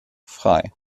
frei